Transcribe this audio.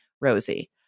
Rosie